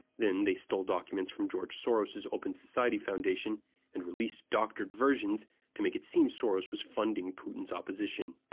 then they stole documents from george soros' open society foundation and released doctored versions to make it seem soros was funding putin's opposition.